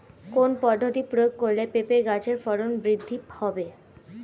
কোন পদ্ধতি প্রয়োগ করলে পেঁপে গাছের ফলন বৃদ্ধি পাবে?